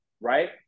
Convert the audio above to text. right